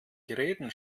geräten